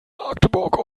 magdeburg